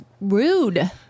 rude